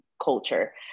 culture